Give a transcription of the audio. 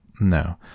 No